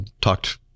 Talked